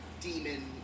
demon